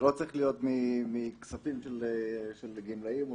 זה לא צריך להיות מכספים של הגמלאים או